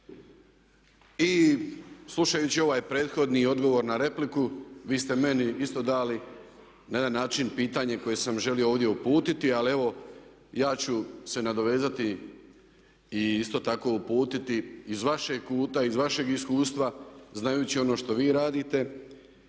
I slušajući ovaj prethodni odgovor na repliku vi ste meni isto dali na jedan način pitanje koje sam želio ovdje uputiti. Ali evo ja ću se nadovezati i isto tako uputiti iz vašeg kuta, iz vašeg iskustva znajući ono što vi radite